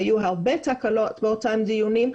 והיו הרבה תקלות באותם דיונים,